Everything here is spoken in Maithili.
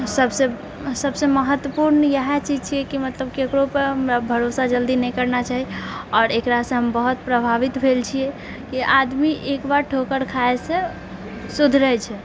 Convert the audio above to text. सबसँ सबसँ महत्वपूर्ण इएह चीज छिए कि मतलब ककरो पर हमरा जल्दी भरोसा नहि करना चाही आओर एकरासँ हम बहुत प्रभावित भेल छिऐ कि आदमी एकबार ठोकर खाएसँ सुधरै छै